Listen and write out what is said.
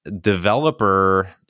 developer